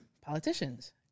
politicians